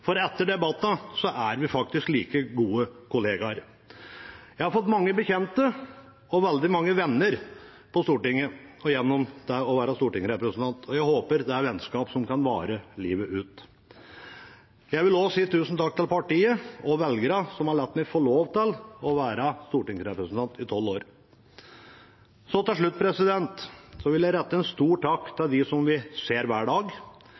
for etter debattene er vi faktisk like gode kollegaer. Jeg har fått mange bekjente og veldig mange venner på Stortinget gjennom det å være stortingsrepresentant, og jeg håper det er vennskap som kan vare livet ut. Jeg vil også si tusen takk til partiet og velgerne, som har latt meg få lov til å være stortingsrepresentant i 12 år. Helt til slutt vil jeg rette en stor takk til dem vi ser hver dag,